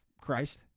Christ